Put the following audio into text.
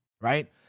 right